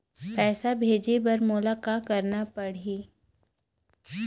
पैसा भेजे बर मोला का करना पड़ही?